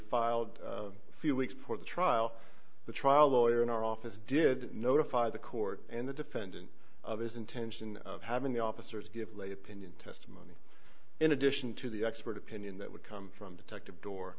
filed a few weeks before the trial the trial lawyer in our office did notify the court and the defendant of his intention of having the officers give lay opinion testimony in addition to the expert opinion that would come from detective door